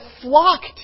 flocked